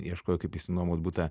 ieškojo kaip išsinuomot butą